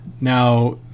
Now